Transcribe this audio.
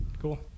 Cool